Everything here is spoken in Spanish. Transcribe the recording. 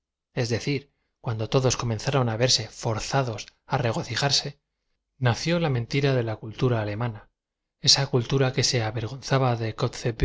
es decir cuando todos co menzaron verse forzados á regocijarse nació la mentira de la cultura alem ana esa cultura que se avergonzaba de